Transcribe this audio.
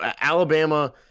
Alabama